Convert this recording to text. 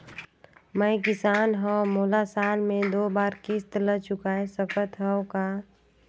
मैं किसान हव मोला साल मे दो बार किस्त ल चुकाय सकत हव का?